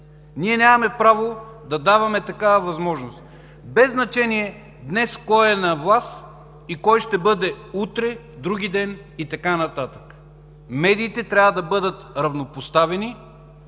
Ние нямаме право да даваме такава възможност, без значение днес кой е на власт и кой ще бъде утре, вдругиден и така нататък. Медиите трябва да бъдат равнопоставени.